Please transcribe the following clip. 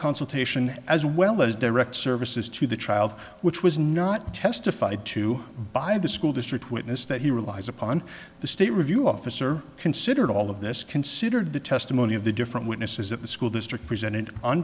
consultation as well as direct services to the child which was not testified to by the school district witness that he relies upon the state review officer considered all of this considered the testimony of the different witnesses that the school district presented